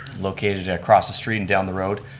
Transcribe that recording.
located across the street and down the road.